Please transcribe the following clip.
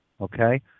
okay